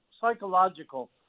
Psychological